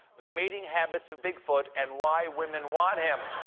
the mating habits of bigfoot and why women want him.